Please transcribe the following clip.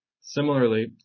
Similarly